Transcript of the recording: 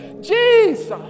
Jesus